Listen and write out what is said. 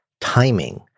timing